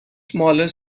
smaller